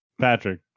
patrick